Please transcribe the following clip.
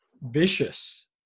vicious